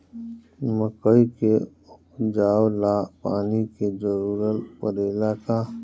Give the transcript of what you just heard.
मकई के उपजाव ला पानी के जरूरत परेला का?